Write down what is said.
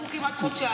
חלפו כמעט חודשיים.